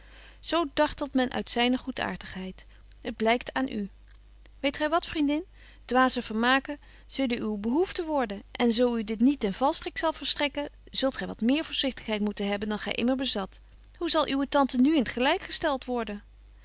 toereikte zo dartelt men uit zyne goedäartigheid het blykt aan u weet gy wat vriendin dwaze vermaken zullen uwe behoefte worden en zo u dit niet ten valstrik zal verstrekken zult gy wat meer voorzigtigheid moeten hebben dan gy immer bezat hoe zal uwe tante nu in t gelyk gestelt worden